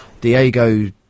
Diego